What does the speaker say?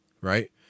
right